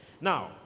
Now